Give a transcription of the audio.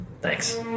Thanks